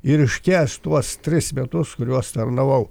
ir iškęst tuos tris metus kuriuos tarnavau